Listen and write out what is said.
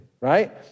right